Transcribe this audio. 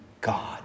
God